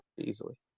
easily